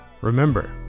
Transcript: remember